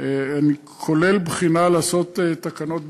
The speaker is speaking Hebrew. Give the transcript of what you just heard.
כולל בחינה לעשות תקנות בין-לאומיות,